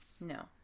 no